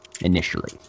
initially